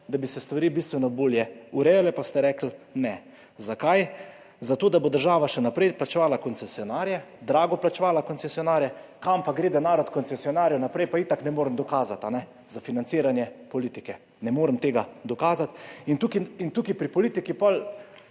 da bi se stvari bistveno bolje urejale, pa ste rekli ne. Zakaj? Zato da bo država še naprej plačevala koncesionarje, drago plačevala koncesionarje, kam gre denar od koncesionarjev naprej, pa itak ne morem dokazati, ali ne? Za financiranje politike, tega ne morem dokazati. In tukaj, pri politiki